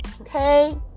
Okay